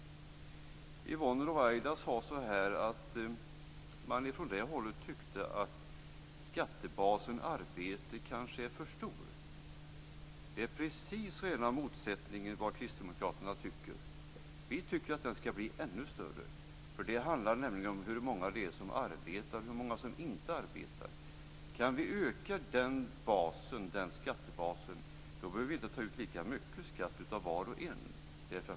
Yvonne Ruwaida sade att man från hennes håll tycker att skattebasen arbete kanske är för stor. Det är precis rena motsatsen mot vad kristdemokraterna tycker. Vi tycker att den bör bli ännu större. Det handlar då nämligen om hur många som arbetar och hur många som inte arbetar. Kan vi öka den skattebasen, behöver vi inte ta ut lika mycket skatt av var och en.